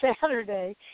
Saturday